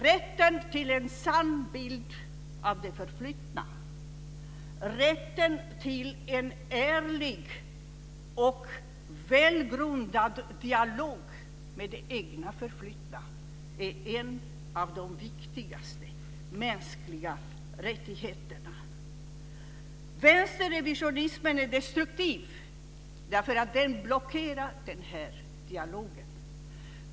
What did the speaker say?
Rätten till en sann bild av det förflutna, rätten till en ärlig och välgrundad dialog med det egna förflutna, är en av de viktigaste mänskliga rättigheterna. Vänsterrevisionismen är destruktiv eftersom den blockerar den här dialogen.